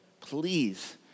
please